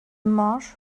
marsh